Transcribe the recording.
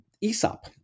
Aesop